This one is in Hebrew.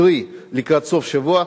קרי לקראת סוף השבוע,